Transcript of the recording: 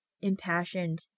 impassioned